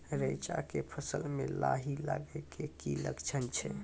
रैचा के फसल मे लाही लगे के की लक्छण छै?